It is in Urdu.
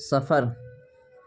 سفر